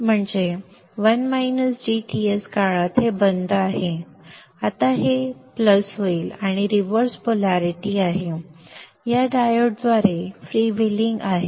तर ते म्हणजे 1 - d Ts काळात हे बंद आहे आता हे अधिक होईल आणि रिव्हर्स पोलारिटी आहे या डायोडद्वारे फ्रीव्हीलिंग आहे